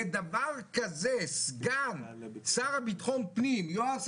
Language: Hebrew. לדבר כזה סגן השר לביטחון הפנים יואב סגלוביץ'